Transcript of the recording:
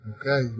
Okay